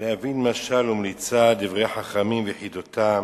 להבין משל ומליצה דברי חכמים וחידתם".